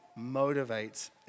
motivates